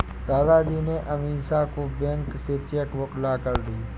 दादाजी ने अमीषा को बैंक से चेक बुक लाकर दी